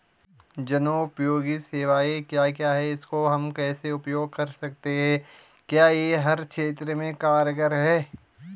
जनोपयोगी सेवाएं क्या क्या हैं इसको हम कैसे उपयोग कर सकते हैं क्या यह हर क्षेत्र में कारगर है?